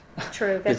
True